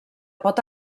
pot